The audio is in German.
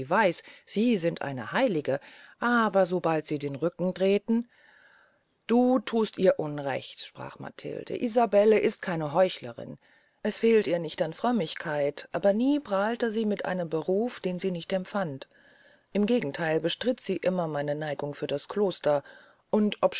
sie sind eine heilige aber sobald sie den rücken drehten du thust ihr unrecht sprach matilde isabelle ist keine heuchlerin es fehlt ihr nicht an frömmigkeit aber nie prahlte sie mit einem beruf den sie nicht empfand im gegentheil bestritt sie immer meine neigung für das kloster und